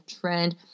trend